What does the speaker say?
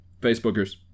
Facebookers